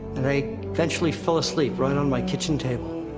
and i eventually fell asleep, right on my kitchen table.